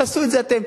תעשו את זה אתם.